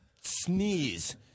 sneeze